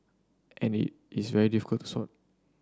and it's very difficult to sort